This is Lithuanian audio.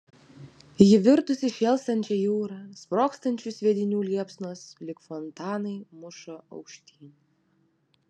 ji virtusi šėlstančia jūra sprogstančių sviedinių liepsnos lyg fontanai muša aukštyn